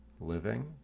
living